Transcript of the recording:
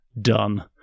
done